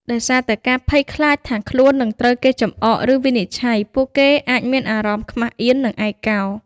ដោយសារតែការភ័យខ្លាចថាខ្លួននឹងត្រូវគេចំអក ឬវិនិច្ឆ័យ ពួកគេអាចមានអារម្មណ៍ ខ្មាស់អៀន និង ឯកោ។